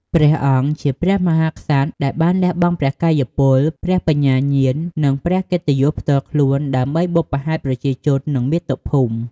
ព្រះអង្គជាព្រះមហាក្សត្រដែលបានលះបង់ព្រះកាយពល ព្រះបញ្ញាញាណ និងព្រះកិត្តិយសផ្ទាល់ខ្លួន ដើម្បីបុព្វហេតុប្រជាជន និងមាតុភូមិ។